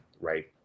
right